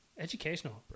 Educational